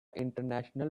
international